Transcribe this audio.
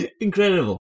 Incredible